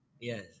Yes